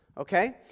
Okay